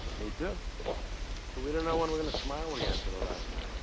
me too. but we don't know when we're going to smile again for the last time.